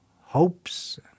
hopes